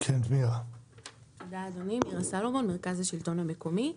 אני ממרכז השלטון המקומי.